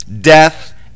death